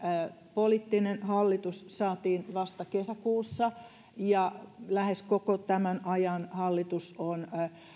poliittinen hallitus saatiin vasta kesäkuussa ja lähes koko tämän ajan hallitus on